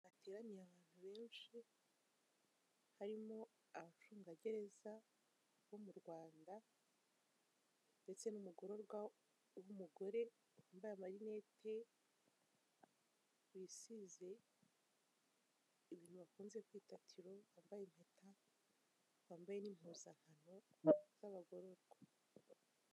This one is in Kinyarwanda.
Hateraniye abantu benshi harimo abacungagereza bo mu rwanda ndetse n'umugororwa w'umugore wambaye amarineti wisize ibintu bakunze kwita tiro wambaye impeta wambaye n'impuzankano z'abagororwa.